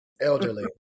elderly